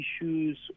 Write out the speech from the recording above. issues